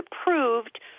approved